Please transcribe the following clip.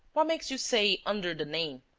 what makes you say under the name?